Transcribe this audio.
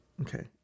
Okay